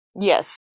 Yes